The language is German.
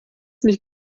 nicht